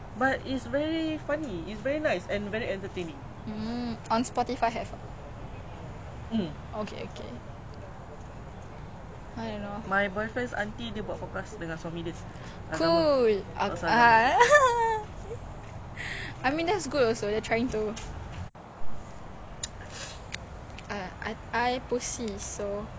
I pusing so no lah eh I only ever seen like those ya but that [one] is like tiga puluh sen like you can buy it at the convenient store ya ya ya that [one] you pass around your friends